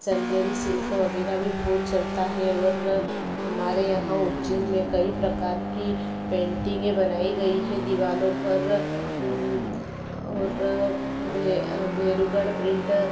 Chanderi silk वगैरह भी बहुत चलता है और हमारे यहाँ उज्जैन में कई प्रकार की पेंटिंगें बनाई गई है दीवालों पर और भेरूगढ़ प्रिन्ट